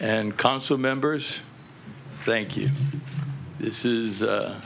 nd council members thank you this is